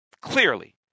clearly